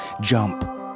jump